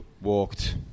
walked